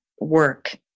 work